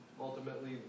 ultimately